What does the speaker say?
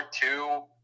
two